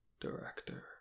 director